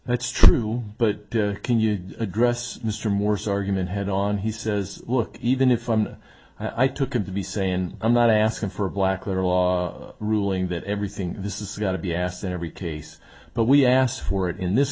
that's true but can you address mr morse argument head on he says look even if i took him to be saying i'm not asking for a black letter law ruling that everything this is got to be asked in every case but we asked for it in this